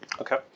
Okay